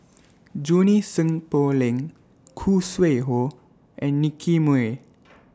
Junie Sng Poh Leng Khoo Sui Hoe and Nicky Moey